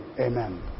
Amen